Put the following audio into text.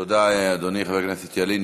תודה, אדוני חבר הכנסת ילין.